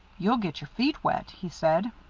you'll get your feet wet, he said.